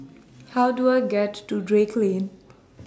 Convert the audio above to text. How Do I get to Drake Lane